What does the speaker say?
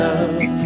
Love